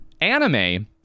Anime